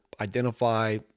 identify